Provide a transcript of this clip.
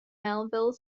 melville